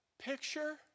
Picture